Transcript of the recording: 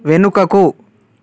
వెనుకకు